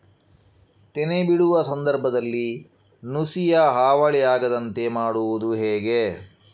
ತೆನೆ ಬಿಡುವ ಸಂದರ್ಭದಲ್ಲಿ ನುಸಿಯ ಹಾವಳಿ ಆಗದಂತೆ ಮಾಡುವುದು ಹೇಗೆ?